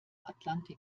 atlantik